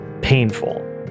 painful